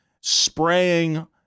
spraying